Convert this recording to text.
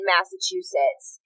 Massachusetts